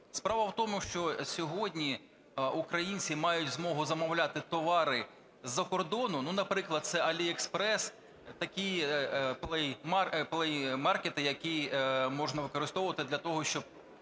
Справа в тому, що сьогодні українці мають змогу замовляти товари з-за кордону, ну, наприклад, це AliExpress, такі, Play Маркет, які можна використовувати для того, щоб